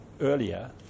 earlier